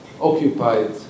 occupied